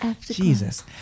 jesus